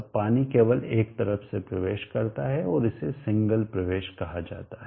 अब पानी केवल एक तरफ से प्रवेश करता है इसे सिंगल single एकल प्रवेश कहा जाता है